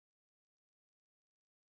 is character development you know